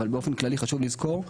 אבל באופן כללי חשוב לזכור,